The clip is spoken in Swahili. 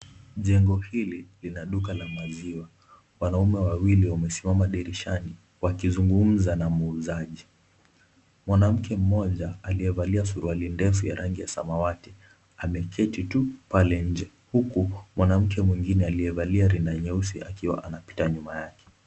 Jengo hili lina duka la maziwa. Wanaume wawili wamesimama dirishani wakizungumza na muuzaji. Mwanamke mmoja aliyevalia suruali ndefu ya rangi ya samawati ameketi tu pale nje huku mwanamke mwingine aliyevalia rinda nyeusi akiwa anapita nyuma yake.